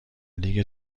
لیگ